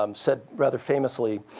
um said rather famously